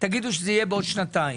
תגידו שיהיה עוד שנתיים,